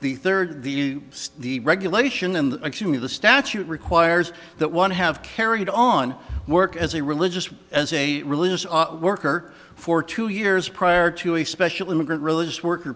the third the regulation and action of the statute requires that one have carried on work as a religious as a religious worker for two years prior to a special immigrant religious work